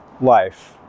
life